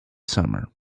summer